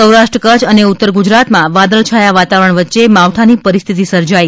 સૌરાષ્ટ્ર કચ્છ અને ઉત્તર ગુજરાતમાં વાદળછાયા વાતાવરણ વચ્ચે માવઠાની પરિસ્થિતિ સર્જાઇ